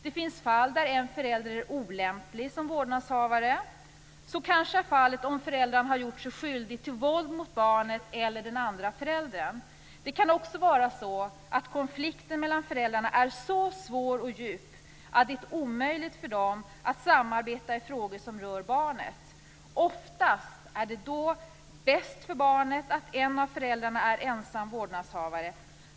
Det finns fall där en förälder är olämplig som vårdnadshavare. Så kan vara fallet om föräldern har gjort sig skyldig till våld mot barnet eller den andra föräldern. Det kan också vara så att konflikten mellan föräldrarna är så svår och djup att det är omöjligt för dem att samarbeta i frågor som rör barnet. Ofta är det då bäst för barnet att en av föräldrarna är ensam vårdnadshavare."